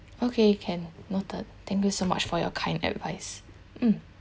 okay can noted thank you so much for your kind advice mm